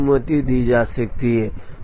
इसे अनुमति दी जा सकती है